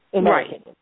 Right